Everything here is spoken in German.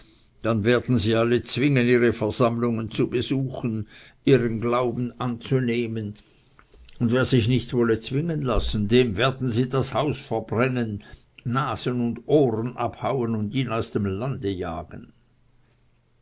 dann werden sie alle zwingen ihre versammlungen zu besuchen ihren glauben anzunehmen und wer sich nicht wolle zwingen lassen dem werden sie das haus verbrennen nasen und ohren abhauen und ihn aus dem lande jagen